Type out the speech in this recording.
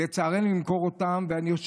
לצערנו, הם נאלצו למכור אותו.